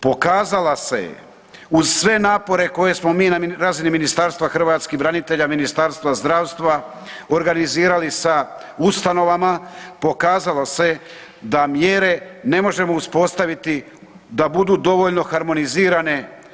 Pokazala se je uz sve napore koje smo mi na razini Ministarstva hrvatskih branitelja i Ministarstva zdravstva organizirali sa ustanovama, pokazalo se da mjere ne možemo uspostaviti da budu dovoljno harmonizirane.